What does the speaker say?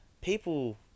people